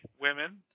women